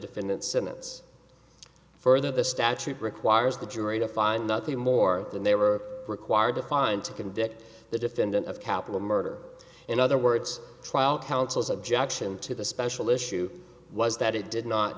defendant's sentence for the statute requires the jury to find nothing more than they were required to find to convict the defendant of capital murder in other words trial counsel's objection to the special issue was that it did not